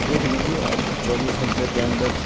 دیکھ لیجیے آپ کو چوبیس گھنٹے کے اندر